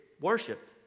worship